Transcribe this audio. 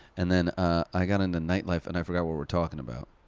and then i got into nightlife, and i forgot what we're talking about.